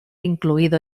incluido